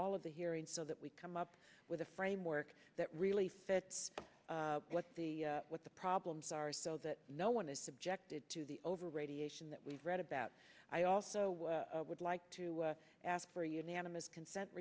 all of the hearing so that we come up with a framework that really fits what the what the problems are so that no one is subjected to the over radiation that we've read about i also would like to ask for a unanimous consent